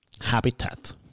habitat